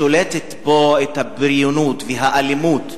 שולטות בו הבריונות והאלימות,